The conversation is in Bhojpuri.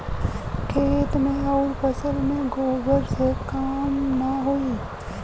खेत मे अउर फसल मे गोबर से कम ना होई?